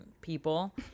people